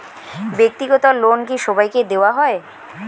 ব্যাক্তিগত লোন কি সবাইকে দেওয়া হয়?